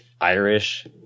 irish